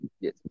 Yes